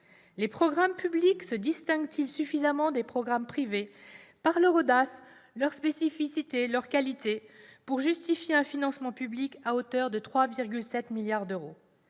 Les programmes publics se distinguent-ils suffisamment des programmes privés- par leur audace, leur spécificité, leur qualité -pour justifier un financement public à hauteur de 3,7 milliards d'euros ?